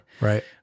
right